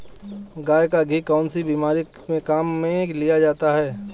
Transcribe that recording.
गाय का घी कौनसी बीमारी में काम में लिया जाता है?